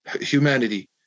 Humanity